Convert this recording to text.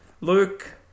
Luke